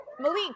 Malik